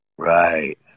Right